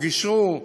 גישרו?